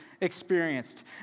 experienced